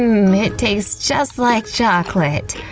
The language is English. mmm, it tastes just like chocolate.